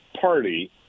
party